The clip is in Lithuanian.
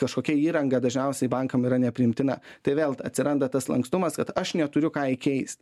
kažkokia įranga dažniausiai bankam yra nepriimtina tai vėl atsiranda tas lankstumas kad aš neturiu ką įkeist